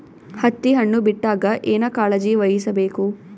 ಹತ್ತಿ ಹಣ್ಣು ಬಿಟ್ಟಾಗ ಏನ ಕಾಳಜಿ ವಹಿಸ ಬೇಕು?